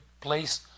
place